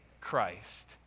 Christ